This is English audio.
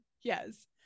Yes